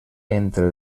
entre